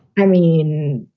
i mean,